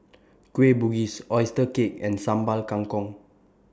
Kueh Bugis Oyster Cake and Sambal Kangkong